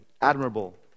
admirable